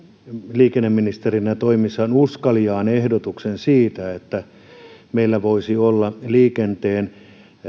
liikenneministerinä toimiessaan uskaliaan ehdotuksen siitä että meillä voisi olla liikenteen